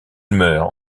meurt